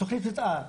תכנית המתאר?